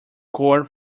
core